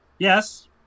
Yes